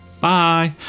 Bye